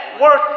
work